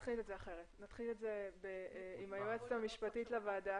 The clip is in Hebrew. נפתח עם היועצת המשפטית לוועדה